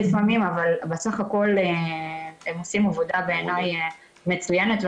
אבל בסך הכול הם עושים עבודה בעיניי מצוינת,